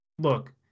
Look